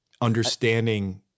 Understanding